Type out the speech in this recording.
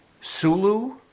Sulu